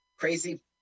Crazy